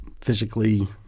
physically